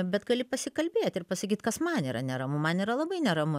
bet gali pasikalbėt ir pasakyt kas man yra neramu man yra labai neramu